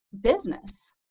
business